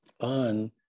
on